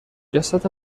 جسد